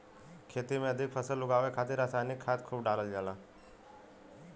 खेती में अधिक फसल उगावे खातिर रसायनिक खाद खूब डालल जाला